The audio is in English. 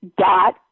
dot